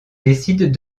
décident